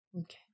Okay